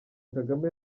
kagame